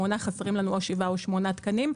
חסרים לנו או שבעה או שמונה תקנים.